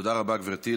תודה רבה, גברתי.